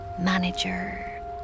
manager